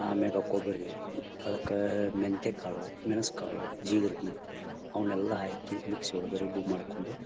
ಆಮೇಗ ಕೊಬ್ಬರಿ ಅದ್ಕಾ ಮೆಂತೆಕಾಳು ಮೆಣಸ್ಕಾಳು ಜೀರ್ಗಿ ಅವನ್ನೆಲ್ಲ ಹಾಕಿ ಮಿಕ್ಸಿ ಒಳಗೆ ರಬ್ಬು ಮಾಡ್ಕೊಂಡು